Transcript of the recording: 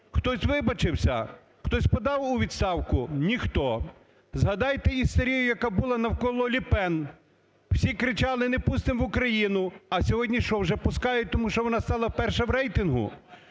Хтось вибачився, хто подав у відставку? Ніхто. Згадайте істерію, яка була навколо Ле Пен? Всі кричали не пустимо в Україну, а сьогодні, що вже пускають, тому що вона стала перша в рейтингу?